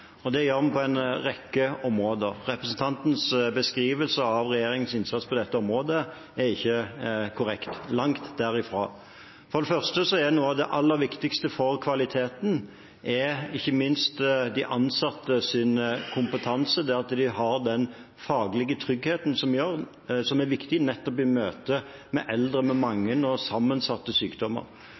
Det skjer på en rekke områder. Representantens beskrivelse av regjeringens innsats på dette området er ikke korrekt – langt derifra. For det første er noe av det aller viktigste for kvaliteten ikke minst de ansattes kompetanse, det at de har den faglige tryggheten som er viktig i møte med eldre med mange og sammensatte sykdommer.